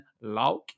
Lock